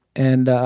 and